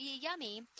yummy